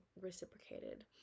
reciprocated